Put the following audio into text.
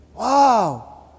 Wow